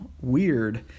Weird